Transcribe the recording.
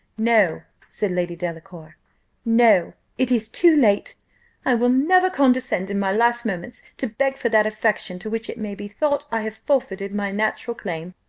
no, said lady delacour no it is too late i will never condescend in my last moments to beg for that affection to which it may be thought i have forfeited my natural claim.